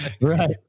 Right